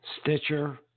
Stitcher